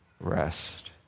rest